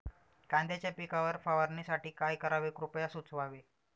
कांद्यांच्या पिकावर फवारणीसाठी काय करावे कृपया सुचवावे